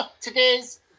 Today's